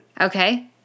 Okay